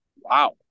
Wow